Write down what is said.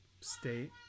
state